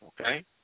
Okay